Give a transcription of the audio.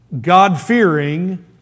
God-fearing